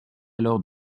alors